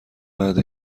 بعد